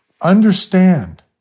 understand